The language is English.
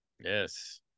Yes